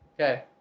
Okay